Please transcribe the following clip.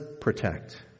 protect